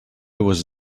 was